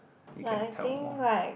you can tell more